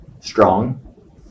strong